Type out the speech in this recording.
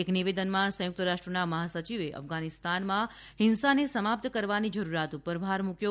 એક નિવેદનમાં સંયુક્ત રાષ્ટ્રના મહાસચિવે અફઘાનિસ્તાનમાં હિંસાને સમાપ્ત કરવાની જરૂરિયાત પર ભાર મૂક્યો